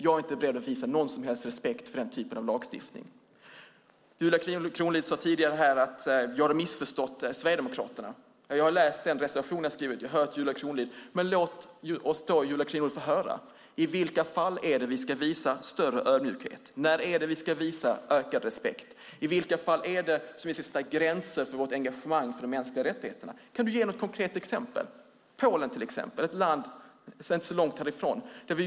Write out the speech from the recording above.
Jag är inte beredd att visa någon som helst respekt för den typen av lagstiftning. Vidare sade Julia Kronlid att jag hade missförstått Sverigedemokraterna. Jag har läst den reservation de har skrivit. Låt oss då få höra i vilka fall vi ska visa större ödmjukhet. När ska vi visa ökad respekt? I vilka fall ska vi sätta gränser för vårt engagemang för de mänskliga rättigheterna? Kan Julia Kronlid ge något konkret exempel? Låt oss ta Polen som exempel, ett land inte särskilt långt härifrån.